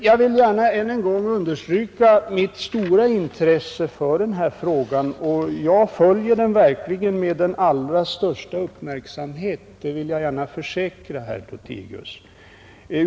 Jag vill gärna ännu en gång understryka mitt stora intresse för denna fråga och att jag verkligen följer den med den allra största uppmärksamhet — detta vill jag försäkra herr Lothigius.